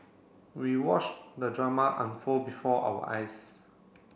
we watched the drama unfold before our eyes